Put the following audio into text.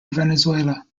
venezuela